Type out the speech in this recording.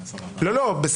אני יודע.